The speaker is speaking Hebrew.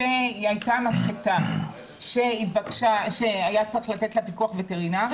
הייתה משחטה שהיה צריך לתת לה פיקוח וטרינרי.